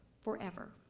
forever